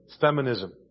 feminism